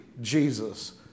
Jesus